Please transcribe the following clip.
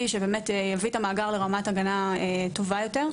שיביא את המאגר לרמת הגנה טובה יותר.